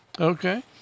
Okay